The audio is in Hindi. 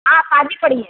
हाँ शादी पड़ी है